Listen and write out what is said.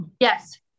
Yes